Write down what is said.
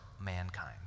mankind